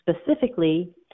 specifically